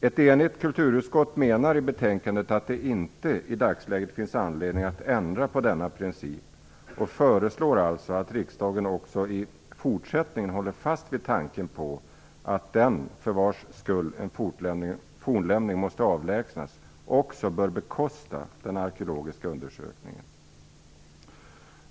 Ett enigt kulturutskott menar i betänkandet att det inte i dagsläget finns anledning att ändra på denna princip och föreslår alltså att riksdagen också i fortsättningen håller fast vid tanken på att den för vars skull en fornlämning måste avlägsnas också bör bekosta den arkeologiska undersökningen.